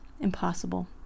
impossible